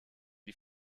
die